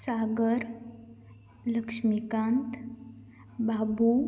सागर लक्ष्मीकांत बाबू